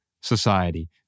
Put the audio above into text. society